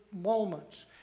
moments